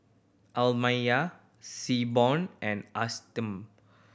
Amelia Seaborn and Ashanti